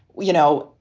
you know,